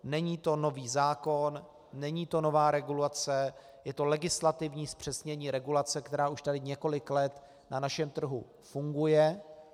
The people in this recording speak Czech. Není to nový zákon, není to nová regulace, je to legislativní zpřesnění regulace, která už tady několik let na našem trhu funguje.